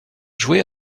jouait